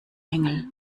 engel